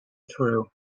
through